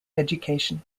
education